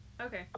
okay